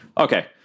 Okay